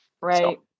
Right